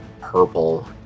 purple